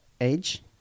Age